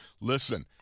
listen